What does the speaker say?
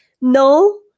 no